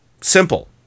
Simple